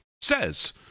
says